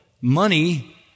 money